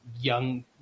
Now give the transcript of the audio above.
young